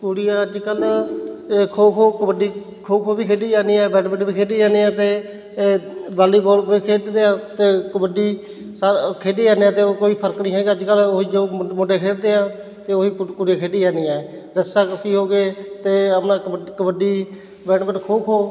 ਕੁੜੀਆਂ ਅੱਜ ਕੱਲ੍ਹ ਅ ਖੋ ਖੋ ਕਬੱਡੀ ਖੋ ਖੋ ਵੀ ਖੇਡੀ ਜਾਂਦੀਆਂ ਬੈਡਮਿੰਟਨ ਵੀ ਖੇਡੀ ਜਾਂਦੀਆਂ ਅਤੇ ਅ ਵਾਲੀਬੋਲ ਵੀ ਖੇਡਦੀਆਂ ਅਤੇ ਕਬੱਡੀ ਸਾਰਾ ਖੇਡੀ ਜਾਂਦੀਆਂ ਅਤੇ ਉਹ ਕੋਈ ਫ਼ਰਕ ਨਹੀਂ ਹੈਗਾ ਅੱਜ ਕੱਲ੍ਹ ਉਹ ਹੀ ਜੋ ਮ ਮੁੰਡੇ ਖੇਡਦੇ ਆ ਅਤੇ ਉਹ ਹੀ ਕੁੜ ਕੁੜੀਆਂ ਖੇਡੀ ਜਾਂਦੀਆਂ ਹੈ ਰੱਸਾਕੱਸ਼ੀ ਹੋ ਗਏ ਅਤੇ ਆਪਣਾ ਕਬੱ ਕਬੱਡੀ ਬੈਡਮਿੰਟਨ ਖੋ ਖੋ